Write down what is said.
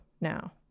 now